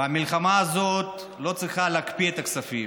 ובמלחמה הזאת לא צריך להקפיא את הכספים,